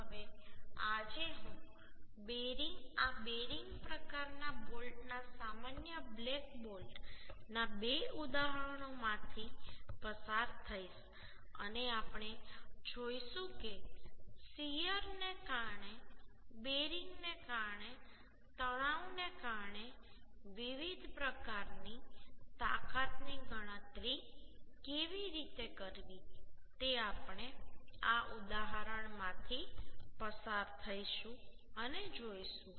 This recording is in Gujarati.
હવે આજે હું આ બેરિંગ પ્રકારના બોલ્ટના સામાન્ય બ્લેક બોલ્ટ ના બે ઉદાહરણોમાંથી પસાર થઈશ અને આપણે જોઈશું કે શીયરને કારણે બેરિંગને કારણે તણાવને કારણે વિવિધ પ્રકારની તાકાતની ગણતરી કેવી રીતે કરવી તે આપણે આ ઉદાહરણમાંથી પસાર થઈશું અને જોઈશું